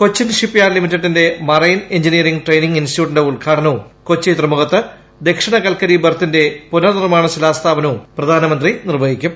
Cochin shipyard ലിമിറ്റഡിന്റെ marine engineering training ഇൻസ്റ്റിറ്റ്യൂട്ടിന്റെ ഉദ്ഘാടനവും കൊച്ചി തുറമുഖത്ത് ദക്ഷിണ കൽക്കരി ബെർത്തിന്റെ പുനർനിർമാണ ശിലാസ്ഥാപനവും പ്രധാനമന്ത്രി നിർവ്വഹിക്കും